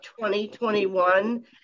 2021